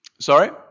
Sorry